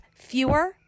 Fewer